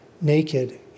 naked